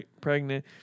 pregnant